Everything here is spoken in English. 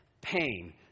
pain